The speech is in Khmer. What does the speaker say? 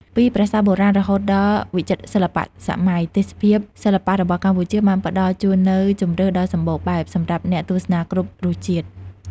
ពីប្រាសាទបុរាណរហូតដល់វិចិត្រសិល្បៈសម័យ ទេសភាពសិល្បៈរបស់កម្ពុជាបានផ្តល់ជូននូវជម្រើសដ៏សម្បូរបែបសម្រាប់អ្នកទស្សនាគ្រប់រសជាតិ។